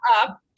up